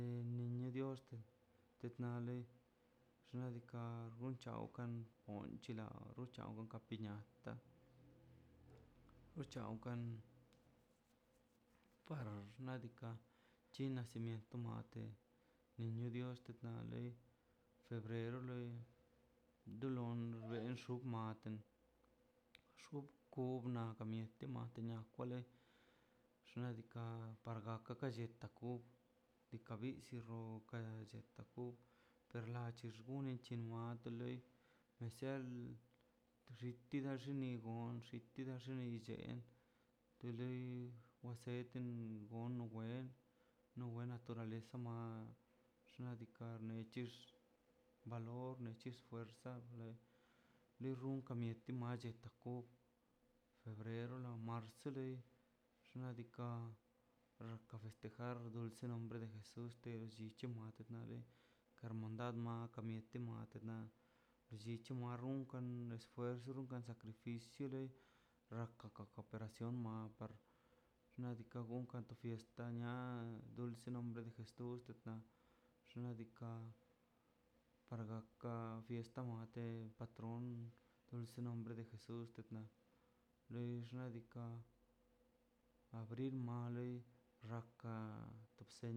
Tu nidiosan kat nale xnadika no gon chaw kan gon chila chawa piñata nka chawkan par nadika chin nacimiento mate niño dios na le febrero dolon benx tub maten xkup kubna mieti na te kwa lei xnadika par gaka ka lleta ku dika rusilon per la chento ku er la chento kune niche lanto nisian xiti gun xitini dillen tiri wasetin wen na wen naturaleza ma xnadika nechix valor nechix fuerza le runkan man macheta to ju febrero na marzo se lei xnadika rano festejar dulce nombre de jesus techte llichi mate hermandad ma marunkan despues na sacrificio loi rakaka para cion matnadika gon ka to fiesta dulce nombre de jesus xna' dika fiesta to patron dulce nombre de jesus lei xna dika abrilmale raka tobsen